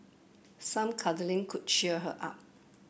some cuddling could cheer her up